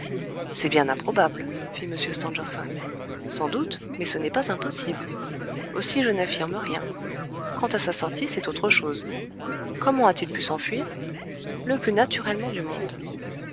c'est bien improbable fit m stangerson sans doute mais ce n'est pas impossible aussi je n'affirme rien quant à sa sortie c'est autre chose comment a-t-il pu s'enfuir le plus naturellement du monde